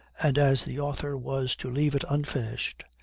and as the author was to leave it unfinished,